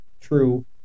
true